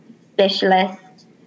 specialist